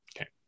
okay